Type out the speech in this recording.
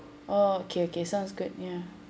oh okay okay sounds good ya